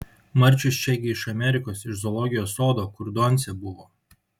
marčius čia gi iš amerikos iš zoologijos sodo kur doncė buvo